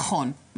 נכון.